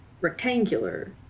rectangular